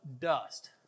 dust